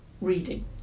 reading